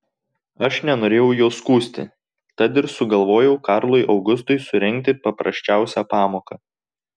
aš nenorėjau jo skųsti tad ir sugalvojau karlui augustui surengti paprasčiausią pamoką